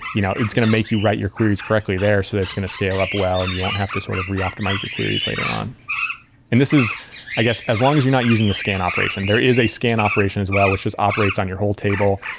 you know it's going to make you write your queries correctly there so that's going to scale up well and you won't have to sort of re-optimize your queries later on and this is i guess as long as you're not using the scan operation. there is a scan operation as well, which just operates on your whole table.